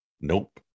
nope